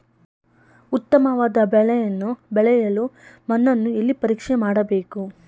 ಉತ್ತಮವಾದ ಬೆಳೆಯನ್ನು ಬೆಳೆಯಲು ಮಣ್ಣನ್ನು ಎಲ್ಲಿ ಪರೀಕ್ಷೆ ಮಾಡಬೇಕು?